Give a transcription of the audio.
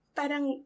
parang